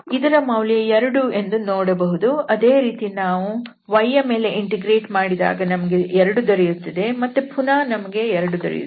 ಇದರ ಮೌಲ್ಯ 2 ಎಂದು ನೋಡಬಹುದು ಅದೇ ರೀತಿ ಇದನ್ನು ನಾವು yಯ ಮೇಲೆ ಇಂಟೆಗ್ರೇಟ್ ಮಾಡಿದಾಗ ನಮಗೆ 2 ದೊರೆಯುತ್ತದೆ ಮತ್ತೆ ಪುನಹ ನಮಗೆ 2 ದೊರೆಯುತ್ತದೆ